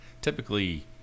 Typically